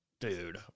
Dude